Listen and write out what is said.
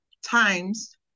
times